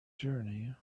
journey